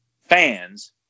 fans